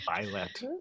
Violet